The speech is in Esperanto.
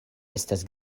estas